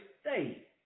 stay